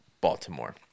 Baltimore